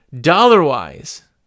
Dollar-wise